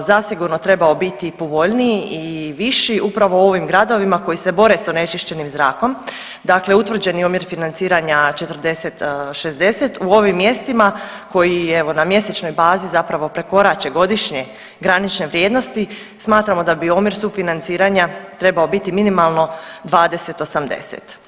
zasigurno trebao biti povoljniji i viši upravo u ovim gradovima koji se bore s onečišćenim zrakom, dakle utvrđeni omjer financiranja 40:60 u ovim mjestima koji evo na mjesečnoj bazi zapravo prekorače godišnje granične vrijednosti smatramo da bi omjer sufinanciranja trebao biti minimalno 20:80.